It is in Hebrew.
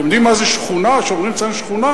אתם יודעים מה זה שכונה, שאומרים אצלנו שכונה?